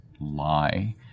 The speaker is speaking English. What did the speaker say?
lie